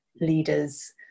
leaders